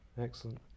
excellent